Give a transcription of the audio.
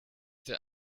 der